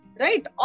Right